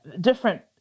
different